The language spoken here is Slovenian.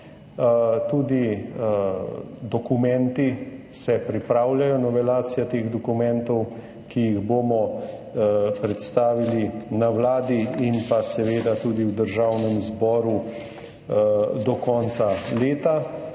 tudi dokumenti se pripravljajo. Novelacija teh dokumentov, ki jih bomo predstavili na Vladi in pa seveda tudi v Državnem zboru do konca leta,